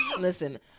listen